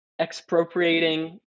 expropriating